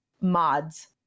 mods